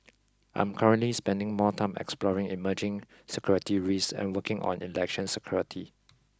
I'm currently spending more time exploring emerging security risks and working on election security